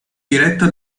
diretta